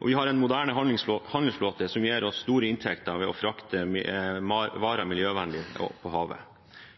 og vi har en moderne handelsflåte som gir oss store inntekter ved å frakte varer miljøvennlig på havet.